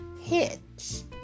hits